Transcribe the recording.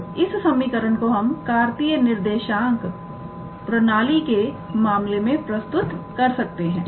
अब इस समीकरण को हम कार्तीय निर्देशांक प्रणाली के मामले में प्रस्तुत कर सकते हैं